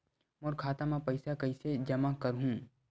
मोर खाता म पईसा कइसे जमा करहु?